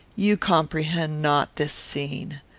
you comprehend not this scene.